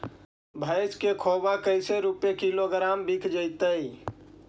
भैस के खोबा कैसे रूपये किलोग्राम बिक जइतै?